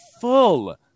full